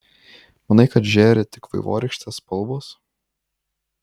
manai kad žėri tik vaivorykštės spalvos